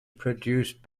produce